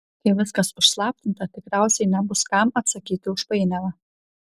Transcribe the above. kai viskas užslaptinta tikriausiai nebus kam atsakyti už painiavą